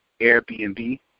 Airbnb